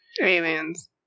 Aliens